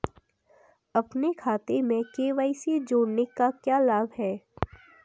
अपने खाते में के.वाई.सी जोड़ने का क्या लाभ है?